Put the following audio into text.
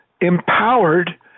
empowered